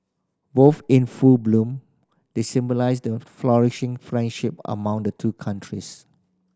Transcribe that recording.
both in full bloom they symbolise the flourishing friendship among the two countries